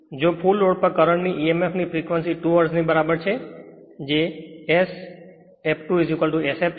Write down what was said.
જો full load પર rotor e m f ની ફ્રેક્વન્સી 2 હર્ટ્ઝ બરાબર છે જે iSf2Sf છે